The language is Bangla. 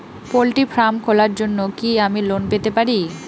পোল্ট্রি ফার্ম খোলার জন্য কি আমি লোন পেতে পারি?